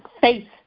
faith